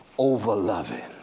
over loving,